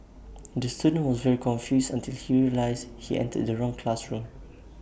the student was very confused until he realised he entered the wrong classroom